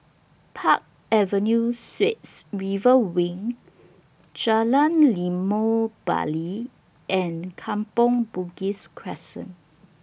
Park Avenue Suites River Wing Jalan Limau Bali and Kampong Bugis Crescent